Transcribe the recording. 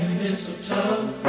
mistletoe